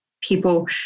people